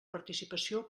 participació